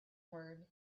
word